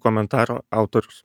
komentaro autorius